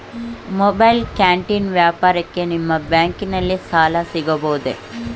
Mobile canteen ವ್ಯಾಪಾರಕ್ಕೆ ನಿಮ್ಮ ಬ್ಯಾಂಕಿನಲ್ಲಿ ಸಾಲ ಸಿಗಬಹುದೇ?